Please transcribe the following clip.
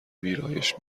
ویرایش